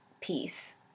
peace